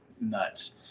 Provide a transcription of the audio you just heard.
nuts